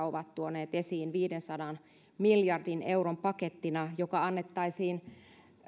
ovat tuoneet esiin viidensadan miljardin euron pakettina joka annettaisiin